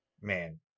man